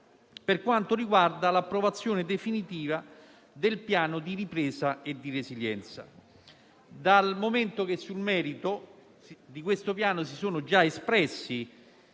per quanto riguarda l'approvazione definitiva del Piano di ripresa e di resilienza, sul merito del quale si sono già espressi